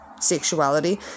sexuality